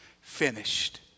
finished